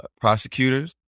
prosecutors